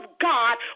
God